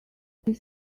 this